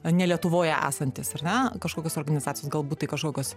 ne lietuvoj esantis ar ne kažkokios organizacijos galbūt tai kažkokios